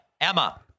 Emma